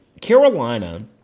Carolina